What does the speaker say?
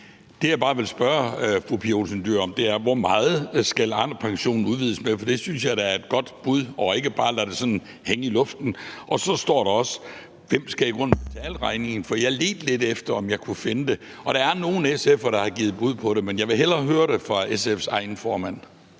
fru Pia Olsen Dyhr om, er, hvor meget Arnepensionen skal udvides med, for jeg synes da, det er et godt bud ikke bare sådan at lade det hænge i luften. Så står der også: Hvem skal i grunden betale regningen? For jeg ledte lidt efter, om jeg kunne finde det, og der er nogle SF'ere, der har givet bud på det, men jeg vil hellere høre det fra SF's egen formand.